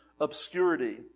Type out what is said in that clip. obscurity